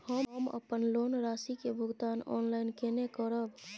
हम अपन लोन राशि के भुगतान ऑनलाइन केने करब?